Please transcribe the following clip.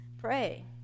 pray